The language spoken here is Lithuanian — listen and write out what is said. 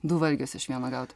du valgius iš vieno gaut